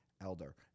Elder